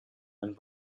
and